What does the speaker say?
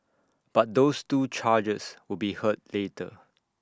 but those two charges will be heard later